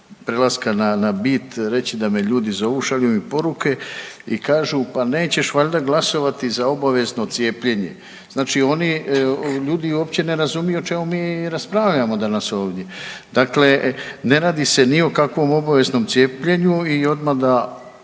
prelaska na bit reći da me ljudi zovu, šalju mi poruke i kažu pa nećeš valjda glasovati za obavezno cijepljenje. Znači oni, ljudi uopće ne razumiju o čemu mi raspravljamo danas ovdje. Dakle, ne radi se ni o kakvom obaveznom cijepljenju i odmah da